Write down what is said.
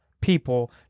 people